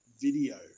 video